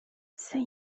säg